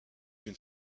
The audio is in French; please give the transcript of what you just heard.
une